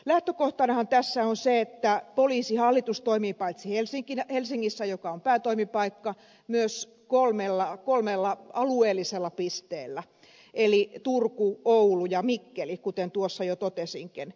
lähtökohtanahan tässä on se että poliisihallitus toimii paitsi helsingissä joka on päätoimipaikka myös kolmessa alueellisessa pisteessä eli turussa oulussa ja mikkelissä kuten tuossa jo totesinkin